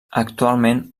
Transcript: actualment